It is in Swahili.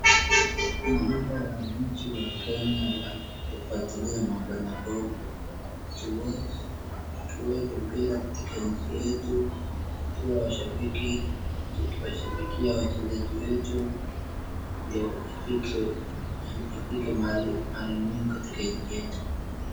Ni muhimu wananchi wa Kenya wafuatilie mambo na boli, tuwatch mpira katika nchi yetu, tuwe washabiki tukiwashabikia wachezaji wetu ndio ifike mahali muhimu katika nchi yetu.